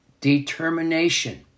determination